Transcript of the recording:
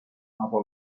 aber